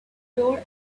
door